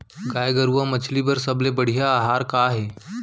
गाय अऊ मछली बर सबले बढ़िया आहार का हे?